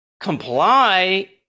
Comply